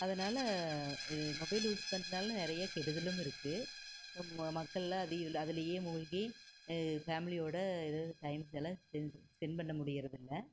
அதுனால் mobile use பண்ணுறதுனால நிறயா கெடுதலும் இருக்குது மக்கள்லாம் அதுலேயே மூழ்கி ஃபேமிலியோடு டைம் ஸ்பென் பண்ண முடியுறது இல்லை